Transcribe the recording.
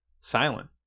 silent